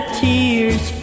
tears